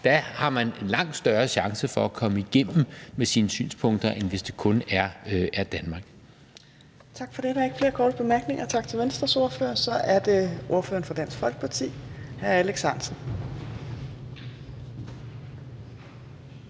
Der har man en langt større chance for at komme igennem med sine synspunkter, end hvis det kun er Danmark. Kl. 17:53 Fjerde næstformand (Trine Torp): Der er ikke flere korte bemærkninger. Tak til Venstres ordfører. Så er det ordføreren for Dansk Folkeparti, hr. Alex